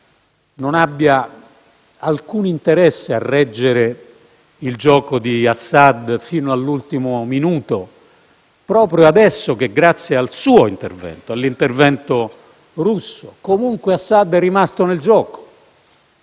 non abbia alcun interesse a reggere il gioco di Assad fino all'ultimo minuto, proprio adesso che, grazie al suo intervento, all'intervento russo, comunque Assad è rimasto nel gioco,